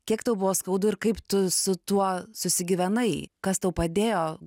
kiek tau buvo skaudu ir kaip tu su tuo susigyvenai kas tau padėjo